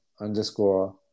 underscore